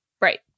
right